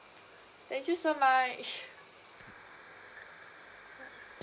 thank you so much